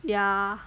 ya